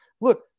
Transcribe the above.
Look